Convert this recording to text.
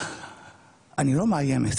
אני לא מאיימת,